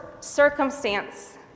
Circumstance